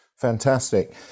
Fantastic